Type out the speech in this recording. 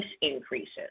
increases